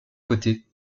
côté